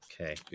okay